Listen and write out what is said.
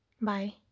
Bye